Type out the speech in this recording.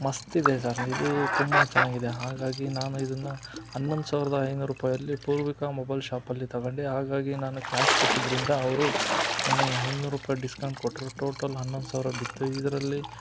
ಮಸ್ತ್ ಇದೆ ಸರ್ ಇದು ತುಂಬ ಚೆನ್ನಾಗಿದೆ ಹಾಗಾಗಿ ನಾನು ಇದನ್ನು ಹನ್ನೊಂದು ಸಾವಿರದ ಐನೂರು ರೂಪಾಯಲ್ಲಿ ಪೂರ್ವಿಕಾ ಮೊಬೈಲ್ ಶಾಪಲ್ಲಿ ತಗೊಂಡೆ ಹಾಗಾಗಿ ನಾನು ಕ್ಯಾಶ್ ಕೊಟ್ಟಿದ್ರಿಂದ ಅವರು ನನಗೆ ಐನೂರು ರೂಪಾಯಿ ಡಿಸ್ಕೌಂಟ್ ಕೊಟ್ಟರು ಟೋಟಲ್ ಹನ್ನೊಂದು ಸಾವಿರ ಬಿತ್ತು ಇದರಲ್ಲಿ